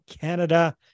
Canada